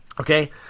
Okay